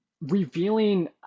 revealing